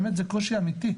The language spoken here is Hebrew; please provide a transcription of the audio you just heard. באמת זה קושי אמתי.